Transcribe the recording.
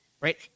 right